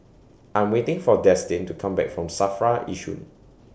I'm waiting For Destin to Come Back from SAFRA Yishun